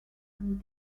from